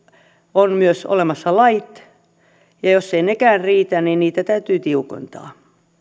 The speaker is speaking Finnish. on myös olemassa lait ja jos eivät nekään riitä niin niin niitä täytyy tiukentaa